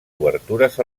obertures